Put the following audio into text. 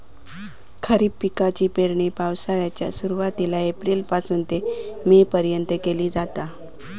खरीप पिकाची पेरणी पावसाळ्याच्या सुरुवातीला एप्रिल पासून ते मे पर्यंत केली जाता